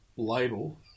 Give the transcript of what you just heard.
label